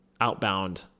outbound